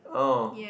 oh